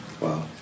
Wow